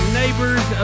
neighbors